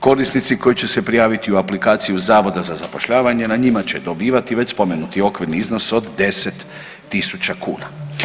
Korisnici koji će se prijaviti u aplikaciju Zavoda za zapošljavanje na njima će dobivati već spomenuti okvirni iznos od 10.000 kuna.